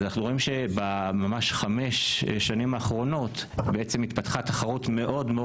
אז אנחנו רואים שממש בחמש שנים האחרונות בעצם התפתחה תחרות מאוד מאוד